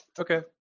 Okay